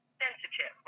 sensitive